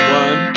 one